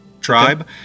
tribe